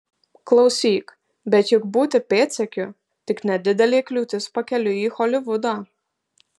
klausyk bet juk būti pėdsekiu tik nedidelė kliūtis pakeliui į holivudą